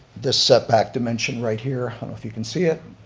this setback dimension right here, i don't know if you can see it.